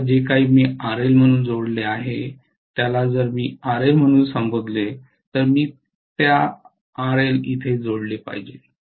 आता जे काही मी RL म्हणून जोडले आहे त्याला जर मी RL म्हणून संबोधले तर मी त्या RL येथे जोडले पाहिजे